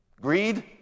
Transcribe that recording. Greed